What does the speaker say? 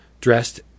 dressed